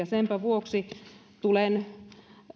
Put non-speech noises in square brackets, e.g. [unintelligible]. [unintelligible] senpä vuoksi tulen